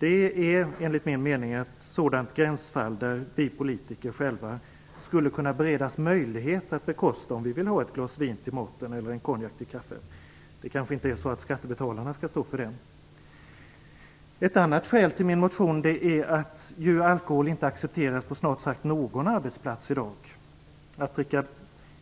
Detta är enligt min mening ett gränsfall, där vi politiker skulle kunna beredas möjlighet att själva bekosta ett glas vin till maten eller en konjak till kaffet om vi vill ha det. Skattebetalarna skall kanske inte stå för det. Ett annat skäl till min motion är att alkohol snart sagt inte accepteras på någon arbetsplats i dag. Att dricka